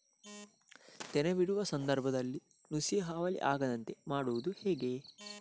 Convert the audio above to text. ತೆನೆ ಬಿಡುವ ಸಂದರ್ಭದಲ್ಲಿ ನುಸಿಯ ಹಾವಳಿ ಆಗದಂತೆ ಮಾಡುವುದು ಹೇಗೆ?